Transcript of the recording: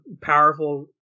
powerful